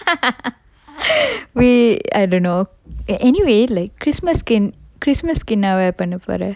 wait I don't know anyway like christmas கு என்:ku en~ christmas கு என்னவ பண்ண போற:ku ennava panna pora